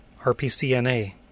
RPCNA